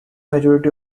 majority